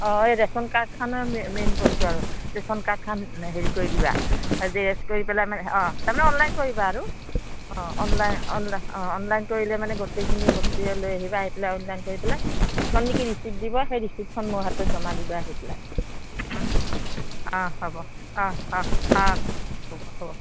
অঁ এই ৰেচন কাৰ্ডখনেই মেইন বস্তু আৰু ৰেচন কাৰ্ডখন হেৰি কৰি দিবা জেৰেক্স কৰি পেলাই মানে অঁ তাৰমানে অনলাইন কৰিবা আৰু অঁ অনলাইন অনলাই অঁ অনলাইন কৰিলে মানে গোটেইখিনি বস্তুৱে লৈ আহিবা আহি পেলাই অনলাইন কৰি পেলাই যিখন নেকি ৰিচিপ্ট দিব সেই ৰিচিপ্টখন মোৰ হাতত জমা দিবা আহি পেলাই অঁ হ'ব অঁ অঁ অ হ'ব হ'ব